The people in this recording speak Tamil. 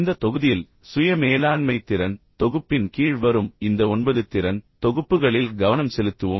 இந்த தொகுதியில் சுய மேலாண்மை திறன் தொகுப்பின் கீழ் வரும் இந்த ஒன்பது திறன் தொகுப்புகளில் கவனம் செலுத்துவோம்